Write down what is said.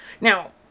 Now